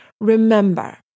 Remember